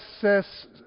says